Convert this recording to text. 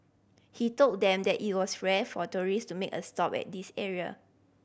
he told them that it was rare for tourist to make a stop at this area